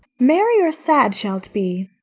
merry or sad shall't be?